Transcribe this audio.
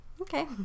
Okay